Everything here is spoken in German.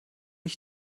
ich